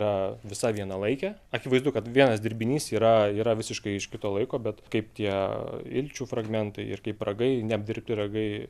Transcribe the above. yra visa vienalaikė akivaizdu kad vienas dirbinys yra yra visiškai iš kito laiko bet kaip tie ilčių fragmentai ir kaip ragai neapdirbti ragai